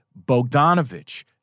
Bogdanovich